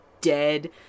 dead